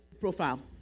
profile